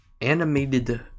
animated